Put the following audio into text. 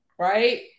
Right